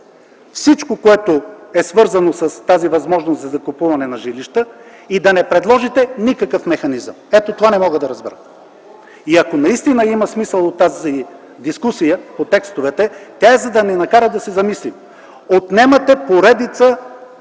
всичко, което е свързано с тази възможност за закупуване на жилища и не предлагате никакъв механизъм! Ето това не мога да разбера! И ако наистина има смисъл от тази дискусия по текстовете, тя е за да ни накара да се замислим: отнемате поредица